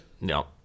No